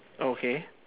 okay